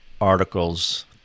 articles